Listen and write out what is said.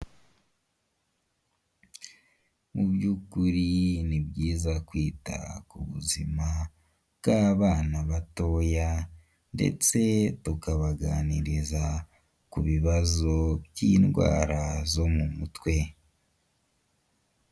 Mu by'ukuri ni byiza kwita ku buzima bw'abana batoya, ndetse tukabaganiriza ku bibazo by'indwara zo mu mutwe.